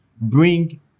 bring